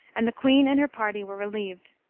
and the queen and her party were relieved.